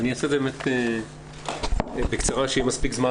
אני אעשה את זה בקצרה שיהיה מספיק זמן